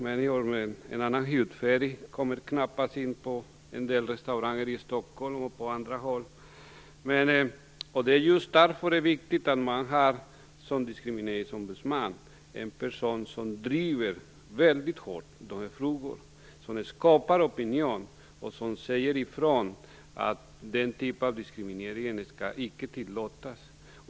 Människor med annan hudfärg kommer knappast in på en del restauranger i Stockholm och på andra håll. Det är just därför det är viktigt att man som diskrimineringsombudsman har en person som driver dessa frågor mycket hårt, som skapar opinion och som säger ifrån att den typen av diskriminering icke skall tillåtas.